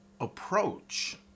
approach